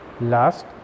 Last